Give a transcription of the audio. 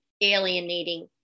alienating